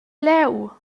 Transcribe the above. leu